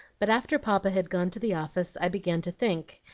but after papa had gone to the office, i began to think,